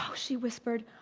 um she whispered,